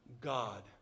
God